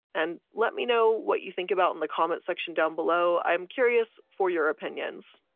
and let me know what you think about in the comments section down below, i'm curious for your opinions.